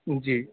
جی